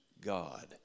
God